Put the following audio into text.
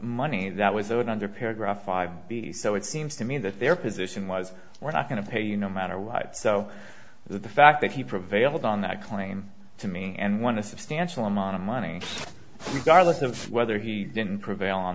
money that was owed under paragraph five b so it seems to me that their position was we're not going to pay you no matter what so the fact that he prevailed on that claim to me and want to substantial amount of money regardless of whether he didn't prevail on